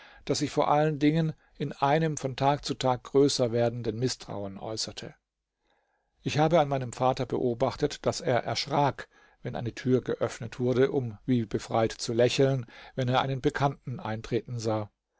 das sich vor allen dingen in einem von tag zu tag größer werdenden mißtrauen äußerte ich habe an meinem vater beobachtet daß er erschrak wenn eine tür geöffnet wurde um wie befreit zu lächeln wenn er einen bekannten eintreten sah